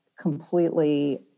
completely